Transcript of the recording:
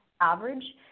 average